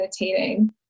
meditating